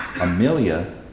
Amelia